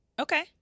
Okay